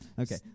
Okay